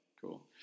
cool